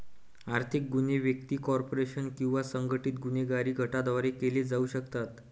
आर्थिक गुन्हे व्यक्ती, कॉर्पोरेशन किंवा संघटित गुन्हेगारी गटांद्वारे केले जाऊ शकतात